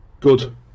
Good